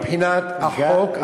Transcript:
מבחינת החוק,